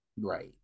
Right